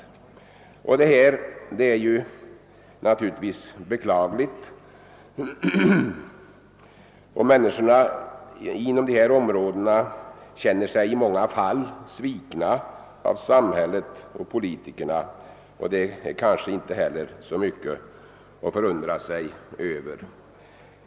Detta är naturligtvis beklagligt. De som bor inom dessa områden känner sig i många fall svikna av samhället och politikerna, och detta är kanske inte så mycket att förundra sig över.